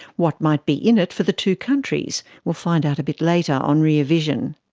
what might be in it for the two countries? we'll find out a bit later on rear vision.